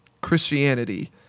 Christianity